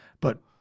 But-